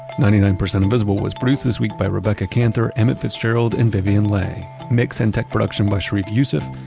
ninety nine percent invisible was produced this week by rebecca kanthor, emmett fitzgerald and vivian le. mix and tech production by sharif youssef.